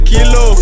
Kilo